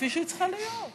כפי שהיא צריכה להיות.